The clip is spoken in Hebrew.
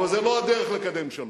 אבל זה לא הדרך לקדם שלום.